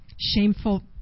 shameful